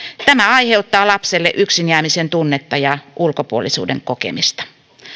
tämä aiheuttaa lapselle yksin jäämisen tunnetta ja ulkopuolisuuden kokemista